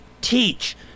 teach